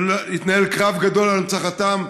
שהתנהל קרב גדול על הנצחתם,